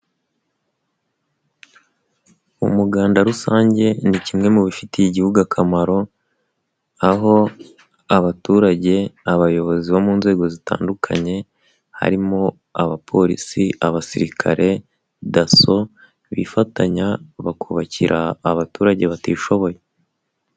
Umuganda rusange ni kimwe mu bifitiye Igihugu akamaro aho abaturage, abayobozi bo mu nzego zitandukanye harimo Abapolisi, Abasirikare, DASSO bifatanya bakubakira abaturage batishoboye.